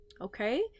okay